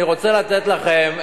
אני רוצה לתת לכם,